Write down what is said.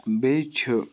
بیٚیہِ چھُ